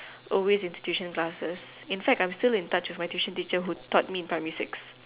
always into tuition classes in fact I'm still in touch with my tuition teacher who taught me in primary six